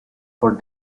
for